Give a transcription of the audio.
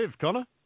Connor